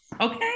okay